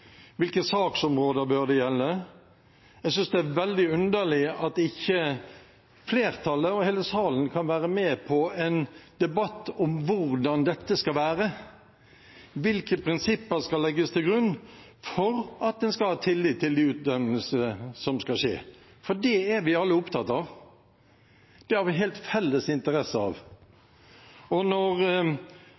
Hvilke saksområder bør det gjelde? Jeg synes det er veldig underlig at ikke flertallet og hele salen kan være med på en debatt om hvordan dette skal være. Hvilke prinsipper skal legges til grunn for at man skal ha tillit til de utnevnelsene som skal skje? Det er vi alle opptatt av, og det har vi en helt felles interesse av. Når Høyre, sammen med Fremskrittspartiet, Venstre og